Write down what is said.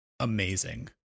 amazing